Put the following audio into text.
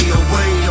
away